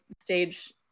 stage